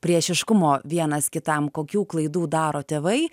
priešiškumo vienas kitam kokių klaidų daro tėvai